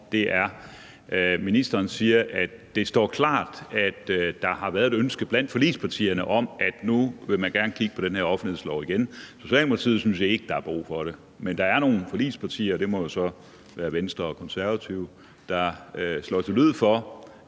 siger, at det står klart, at der har været et ønske blandt forligspartierne om, at nu vil man gerne kigge på den her offentlighedslov igen. Socialdemokratiet synes ikke, der er brug for det, men der er nogle forligspartier – og det må jo så være Venstre og Konservative – der slår til lyd for,